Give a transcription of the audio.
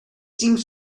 seemed